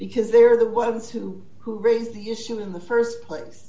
because they're the ones who who raised the issue in the st place